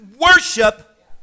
worship